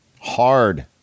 Hard